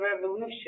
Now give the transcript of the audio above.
revolution